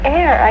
air